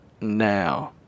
now